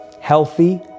healthy